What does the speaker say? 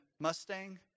Mustang